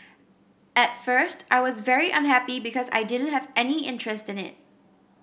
at first I was very unhappy because I didn't have any interest in it